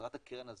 מטרת הקרן הזאת,